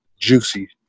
juicy